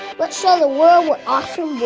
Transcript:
let's show the world what awesome